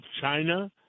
China